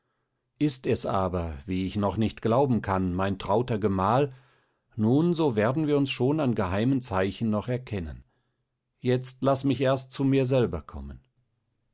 ist es aber wie ich noch nicht glauben kann mein trauter gemahl nun so werden wir uns schon an geheimen zeichen noch erkennen jetzt laß mich erst zu mir selber kommen